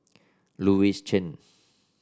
Louis Chen